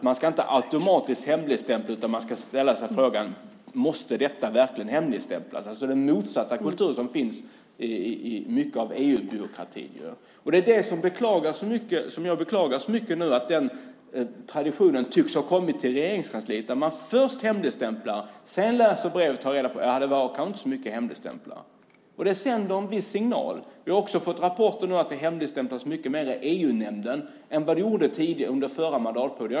Man ska inte automatiskt hemligstämpla, utan man ska ställa sig frågan: Måste detta verkligen hemligstämplas? Det är alltså den motsatta kulturen mot vad som finns i mycket av EU-byråkratin. Jag beklagar att den traditionen nu tycks ha kommit till Regeringskansliet. Först hemligstämplar man, och sedan läser man brevet och får reda på att det kanske inte var så mycket att hemligstämpla. Det sänder en viss signal. Vi har också fått rapporter nu om att det hemligstämplas mycket mer i EU-nämnden än vad som skedde under den förra mandatperioden.